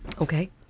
Okay